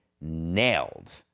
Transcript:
nailed